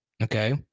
Okay